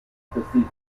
procedures